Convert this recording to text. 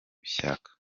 ishyaka